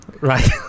Right